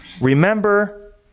Remember